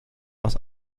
aus